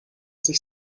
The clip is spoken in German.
sich